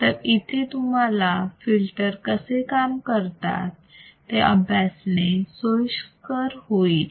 तर इथे तुम्हाला फिल्टर कसे काम करतात ते अभ्यासणे सोयीस्कर होईल